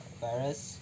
virus